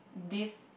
this